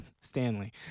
Stanley